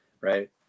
right